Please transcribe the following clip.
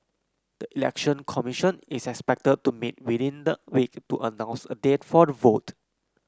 the Election Commission is expected to meet within the week to announce a date for the vote